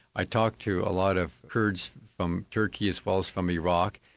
i talked to a lot of kurds from turkey as well as from iraq.